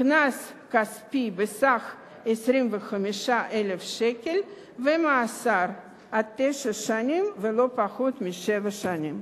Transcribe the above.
קנס כספי בסך 25,000 שקלים ומאסר עד תשע שנים ולא פחות משבע שנים.